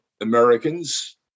Americans